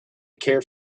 care